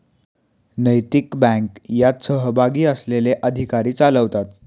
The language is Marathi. नैतिक बँक यात सहभागी असलेले अधिकारी चालवतात